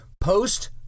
post